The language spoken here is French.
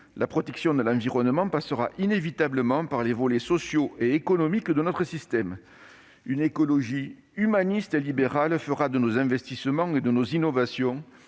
La protection de l'environnement impliquera inévitablement les volets sociaux et économiques de notre système. Une écologie humaniste et libérale fera de nos investissements et de nos innovations